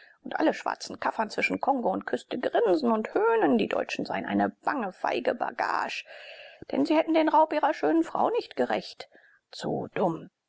und alle schwarzen kaffern zwischen kongo und küste grinsen und höhnen die deutschen seien eine bange feige bagage denn sie hätten den raub ihrer schönen frau nicht gerächt zu dumm